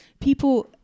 People